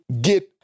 get